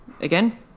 Again